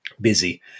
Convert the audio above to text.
busy